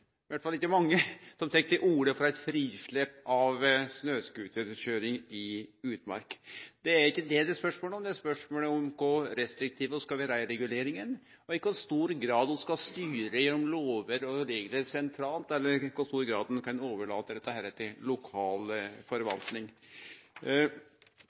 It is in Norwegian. fall ikkje mange, som tek til orde for eit frislepp av snøcooterkøyring i utmark – det er ikkje det det er spørsmål om. Spørsmålet er kor restriktive vi skal vere i reguleringa, i kor stor grad vi skal styre gjennom lover og reglar sentralt, eller i kor stor grad ein kan overlate dette til lokal